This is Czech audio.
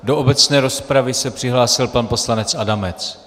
Do obecné rozpravy se přihlásil pan poslanec Adamec.